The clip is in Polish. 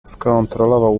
skontrolował